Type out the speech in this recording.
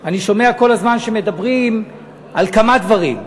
אני שומע כל הזמן שמדברים על כמה דברים,